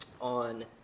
on